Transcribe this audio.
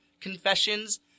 Confessions